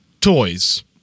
toys